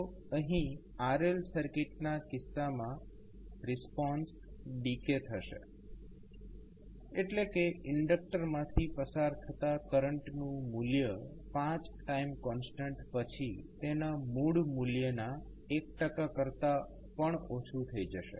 તો અહીં RL સર્કિટના કિસ્સામાં રિસ્પોન્સ ડીકે થશે એટલે કે ઇન્ડક્ટર માંથી પસાર થતા કરંટ નું મૂલ્ય 5 ટાઈમ કોન્સ્ટન્ટ પછી તેના મૂળ મૂલ્યના 1 કરતા ઓછું થઇ જશે